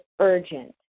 urgent